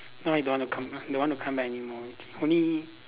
now he don't want to come don't want to come back anymore only